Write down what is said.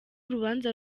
urubanza